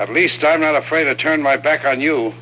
at least i'm not afraid to turn my back on you